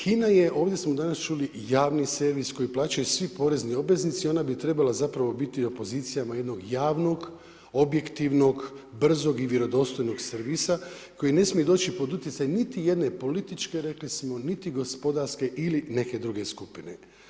HINA je, ovdje smo danas čuli, javni servis koji plaćaju svi porezni obveznici i ona bi trebala zapravo biti u pozicijama jednog javnog, objektivnog, brzog i vjerodostojnog servisa koji ne smije doći pod utjecaj niti jedne političke, niti gospodarske ili neke druge skupine.